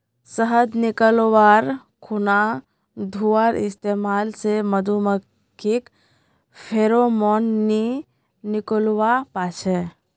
शहद निकाल्वार खुना धुंआर इस्तेमाल से मधुमाखी फेरोमोन नि निक्लुआ पाछे